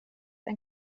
ein